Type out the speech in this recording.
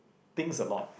thinks a lot